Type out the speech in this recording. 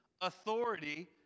authority